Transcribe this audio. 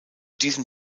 diesem